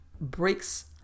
breaks